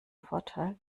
vorteil